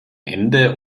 ende